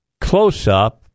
close-up